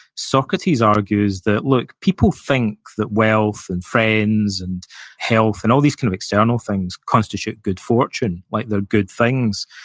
socrates argues that look, people think that wealth, and friends, and health, and all these kind of external things, constitute good fortune, like they're good things,